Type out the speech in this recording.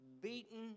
beaten